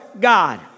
God